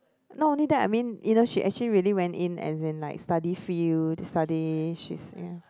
not only that I mean you know she actually really went in as in like study field to study she's ya